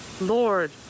Lord